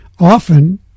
often